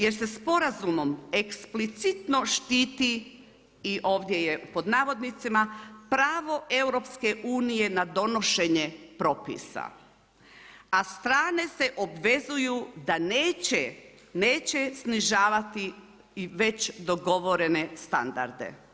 Jer se sporazumom eksplicitno štiti i ovdje je pod navodnicima pravo EU na donošenje propisa, a strane se obvezuju da neće snižavati već dogovorene standarde.